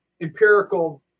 empirical